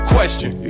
Question